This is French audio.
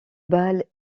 balles